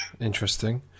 interesting